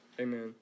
Amen